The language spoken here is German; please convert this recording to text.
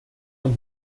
und